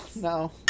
No